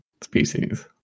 species